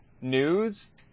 news